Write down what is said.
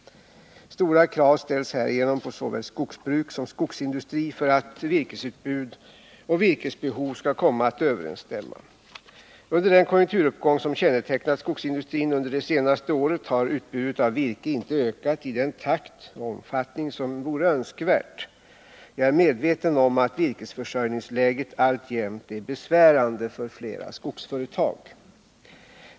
Stora krav ställs härigenom på såväl skogsbruk som skogsindustri för att virkesutbud och virkesbehov skall komma att överensstämma. Under den konjunkturuppgång som kännetecknat skogsindustrin under det senaste året har utbudet av virke inte ökat i den takt och omfattning som vore önskvärt. Jag är medveten om att virkesförsörjningsläget alltjämt är besvärande för flera skogsföretag.